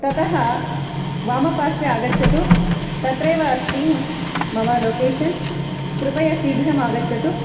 ततः वामपार्श्वे आगच्छतु तत्रैव अस्ति मम लोकेषन् कृपया शीघ्रम् आगच्छतु